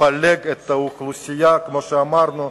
לפלג את האוכלוסייה, כמו שאמרנו,